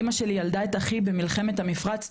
אימא שלי ילדה את אחי במלחמת המפרץ,